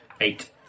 Eight